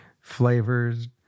flavors